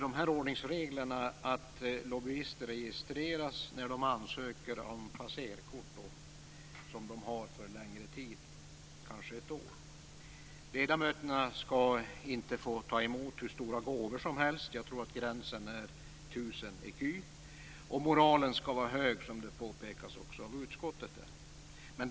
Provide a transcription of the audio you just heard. De ordningsreglerna innebär att lobbyister registreras när de ansöker om passerkort som de har för längre tid, kanske ett år. Ledamöterna skall inte få ta emot hur stora gåvor som helst - jag tror att gränsen går vid 1 000 ecu. Moralen skall vara hög, som även utskottet påpekar.